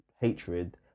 hatred